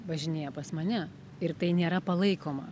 važinėja pas mane ir tai nėra palaikoma